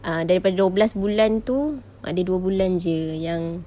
err daripada dua belas bulan itu ada dua bulan saja yang